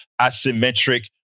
asymmetric